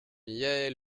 yaël